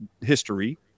history